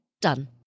Done